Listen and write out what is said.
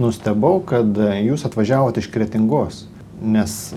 nustebau kad jūs atvažiavot iš kretingos nes